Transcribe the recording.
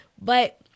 But-